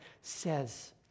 says